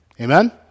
Amen